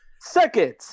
Second